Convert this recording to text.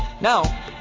Now